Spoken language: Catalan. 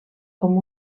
com